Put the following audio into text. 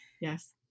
Yes